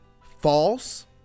false